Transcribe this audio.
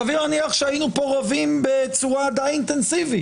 סביר להניח שהיינו פה רבים בצורה אינטנסיבית.